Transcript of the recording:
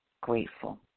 grateful